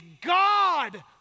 God